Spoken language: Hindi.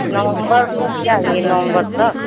नवम्बर तक चाहिए नवम्बर तक